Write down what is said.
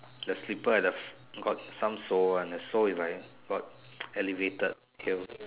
the slipper at the got some sole one the sole is like got elevated heel